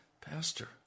Pastor